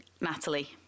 Natalie